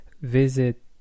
visit